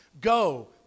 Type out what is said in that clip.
go